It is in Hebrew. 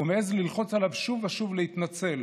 ומעז ללחוץ עליו שוב ושוב להתנצל,